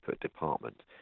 department